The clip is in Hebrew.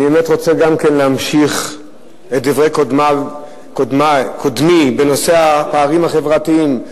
אני באמת רוצה להמשיך את דברי קודמי בנושא הפערים החברתיים.